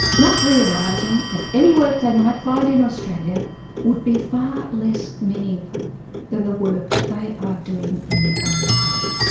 not realising that any work they might find in australia would be far less meaningful than the work they are doing in their own home.